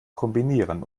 kombinieren